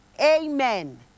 Amen